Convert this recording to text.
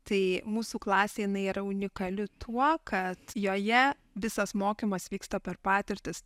tai mūsų klasė jinai yra unikali tuo kad joje visas mokymas vyksta per patirtis